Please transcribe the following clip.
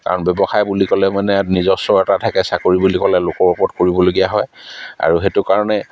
কাৰণ ব্যৱসায় বুলি ক'লে মানে নিজস্বৰতা থাকে চাকৰি বুলি ক'লে লোকৰ ওপৰত কৰিবলগীয়া হয় আৰু সেইটো কাৰণে